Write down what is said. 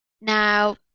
Now